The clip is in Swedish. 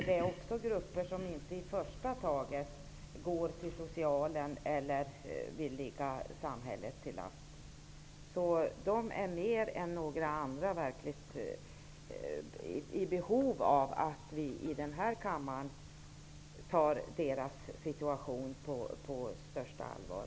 Det är också fråga om grupper som inte i första taget går till socialen eller vill ligga samhället till last. De är mer än andra verkligen i behov av att vi i denna kammare tar deras situation på största allvar.